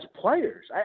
players